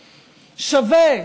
שווה,